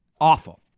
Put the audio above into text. awful